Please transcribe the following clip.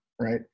right